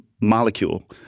molecule